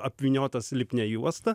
apvyniotas lipnia juosta